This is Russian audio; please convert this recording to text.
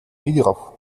лидеров